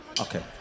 Okay